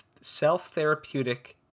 self-therapeutic